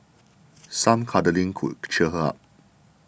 some cuddling could cheer her up